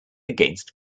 against